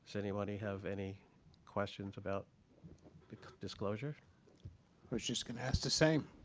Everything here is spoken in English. so anybody have any questions about the disclosure? i was just going to ask the same.